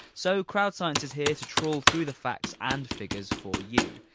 so crowdscience is here to trawl through the facts and figures for you.